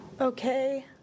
okay